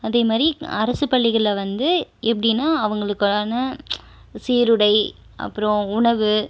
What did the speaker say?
அதே மாதிரி அரசுப் பள்ளிகள்ல வந்து எப்படின்னா அவங்களுக்கான சீருடை அப்புறம் உணவு